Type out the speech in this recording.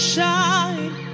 shine